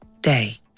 day